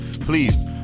Please